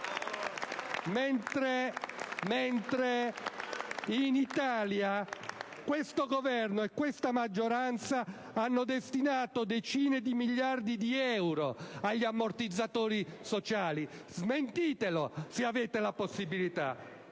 mentre in Italia il Governo e la maggioranza hanno destinato decine di miliardi di euro agli ammortizzatori sociali. Smentitelo, se ne avete la possibilità.